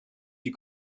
die